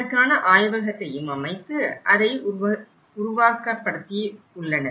இதற்கான ஆய்வகத்தையும் அமைத்து அதை உருவகப்படுத்தியுமுள்ளனர்